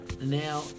now